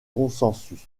consensus